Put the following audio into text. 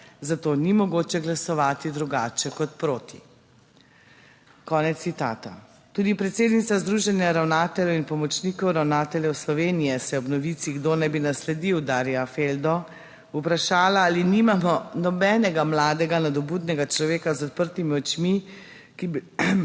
zato ni mogoče glasovati drugače kot proti." - konec citata. Tudi predsednica Združenja ravnateljev in pomočnikov ravnateljev Slovenije se je ob novici, kdo naj bi nasledil Darja Feldo, vprašala, ali nimamo nobenega mladega nadobudnega človeka z odprtimi očmi -